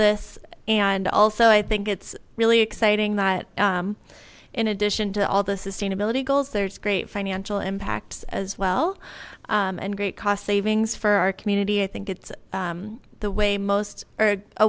this and also i think it's really exciting that in addition to all the sustainability goals there's great financial impacts as well and great cost savings for our community i think it's the way most are a